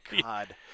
God